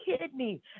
kidney